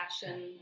fashion